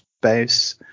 space